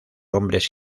hombres